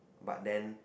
but then